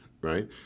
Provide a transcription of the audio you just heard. right